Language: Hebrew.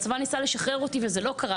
הצבא ניסה לשחרר אותי וזה לא קרה.